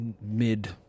mid